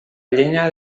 llenya